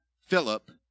Philip